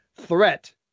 threat